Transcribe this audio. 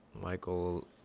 Michael